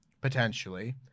potentially